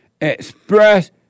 express